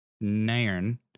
Nairn